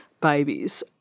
babies